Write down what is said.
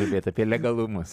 kalbėt apie legalumas